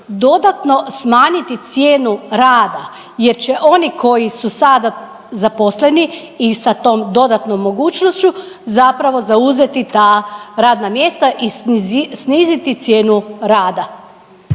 dodatno smanjiti cijenu rada jer će oni koji su sada zaposleni i sa tom dodatnom mogućnošću zapravo zauzeti ta radna mjesta i sniziti cijenu rada.